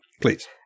Please